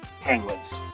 penguins